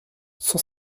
cent